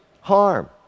harm